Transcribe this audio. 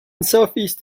southeast